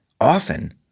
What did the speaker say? Often